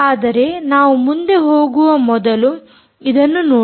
ಆದರೆ ನಾವು ಮುಂದೆ ಹೋಗುವ ಮೊದಲು ಇದನ್ನು ನೋಡಿ